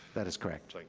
that is correct. like